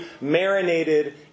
marinated